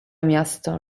miasto